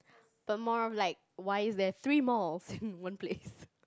but more of like why is there three more in one place